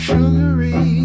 Sugary